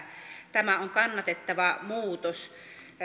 tämä on kannatettava muutos